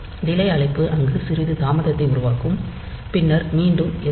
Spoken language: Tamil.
டிலே அழைப்பு அங்கு சிறிது தாமதத்தை உருவாக்கும் பின்னர் மீண்டும் sjmp